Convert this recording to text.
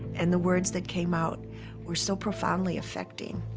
and the words that came out were so profoundly affecting